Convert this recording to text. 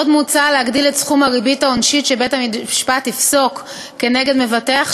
עוד מוצע להגדיל את סכום הריבית העונשית שבית-המשפט יפסוק כנגד מבטח